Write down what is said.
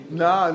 no